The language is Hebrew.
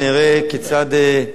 אני מאמין שהממשלה